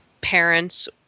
parents